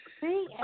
see